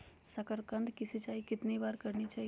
साकारकंद की सिंचाई कितनी बार करनी चाहिए?